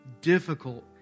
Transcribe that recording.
difficult